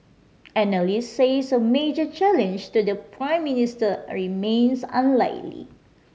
analysts says a major challenge to the Prime Minister remains unlikely